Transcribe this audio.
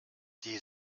die